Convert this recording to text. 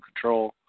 control